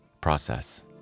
process